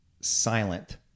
silent